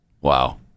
Wow